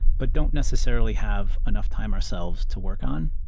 but don't necessarily have enough time ourselves to work on.